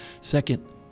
Second